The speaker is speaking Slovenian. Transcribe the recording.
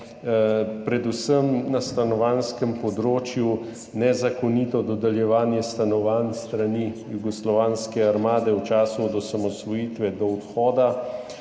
predvsem na stanovanjskem področju nezakonito dodeljevanje stanovanj s strani jugoslovanske armade v času od osamosvojitve do odhoda.